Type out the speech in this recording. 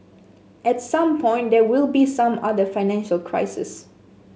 at some point there will be some other financial crises